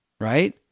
right